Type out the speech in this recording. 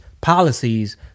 policies